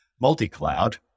multi-cloud